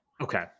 Okay